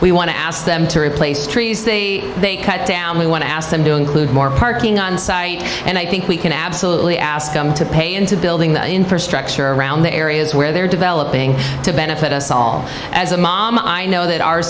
we want to ask them to replace trees down we want to ask them to include more parking on site and i think we can absolutely ask them to pay into building the infrastructure around the areas where they're developing to benefit us all as a mom i know that our